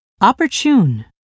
Opportune